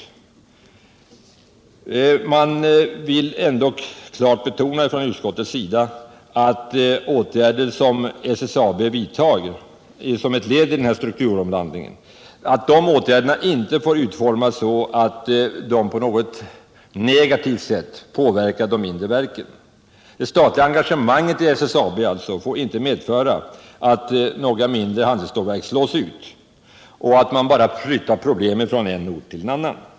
Utskottet vill klart betona att åtgärder som SSAB vidtar som ett led i strukturomvandlingen inte får utformas så att de på något negativt sätt påverkar de mindre verken. Det statliga engagemanget i SSAB får alltså inte medföra att några mindre handelsstålverk slås ut och att man bara flyttar problemen från en ort till en annan.